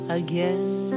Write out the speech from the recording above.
again